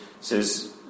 says